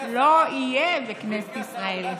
לא יהיה בכנסת ישראל.